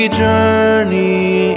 journey